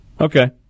Okay